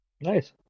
Nice